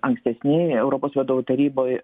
ankstesnėje europos vadovų taryboj